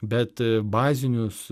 bet bazinius